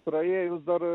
praėjus dar